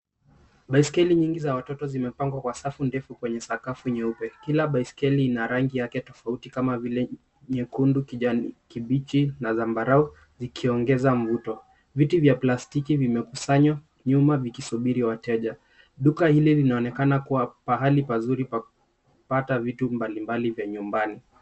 Baiskeli nyingi za watoto zimepangwa kwa safu ndefu yenye sakafu nyeupe. Kila baiskeli ina rangi yake tofauti kama vile nyekundu, kijani kibichi na zambarau zikiongeza mvuto. Viti vya plastiki zimekusanywa nyuma vikisubiri wateja. Duka hili linaonekana kuwa pahali pazuri pa kupata vitu mbalimbali vya nyumbani.